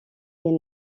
est